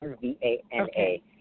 V-A-N-A